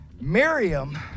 Miriam